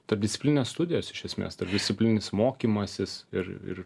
tarpdisciplininės studijos iš esmės tarpdisciplininis mokymasis ir ir